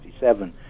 1967